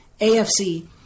AFC